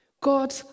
God